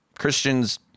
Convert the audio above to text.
Christians